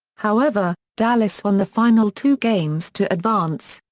however, dallas won the final two games to advance.